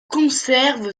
conserve